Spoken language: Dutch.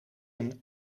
een